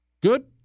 Good